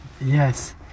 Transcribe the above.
Yes